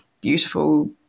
beautiful